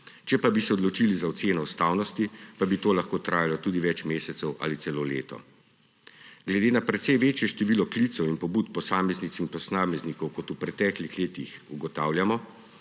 Če bi se odločili za oceno ustavnosti, pa bi to lahko trajalo tudi več mesecev ali celo leto. Glede na precej večje število klicev in pobud posameznic in posameznikov kot v preteklih letih ugotavljamo,